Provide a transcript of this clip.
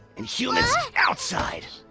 and humans outside!